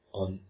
on